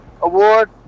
award